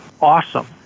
awesome